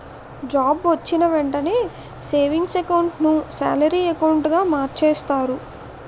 job వొచ్చిన వెంటనే savings account ను సాలరీ అకౌంటుగా మార్చేస్తారు